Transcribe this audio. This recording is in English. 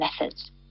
methods